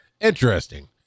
interesting